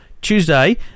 Tuesday